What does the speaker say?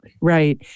Right